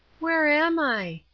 where am i?